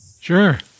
Sure